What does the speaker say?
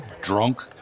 drunk